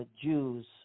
Jews